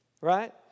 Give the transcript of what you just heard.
Right